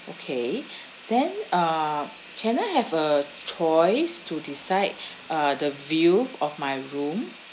okay then uh can I have a choice to decide uh the view of my room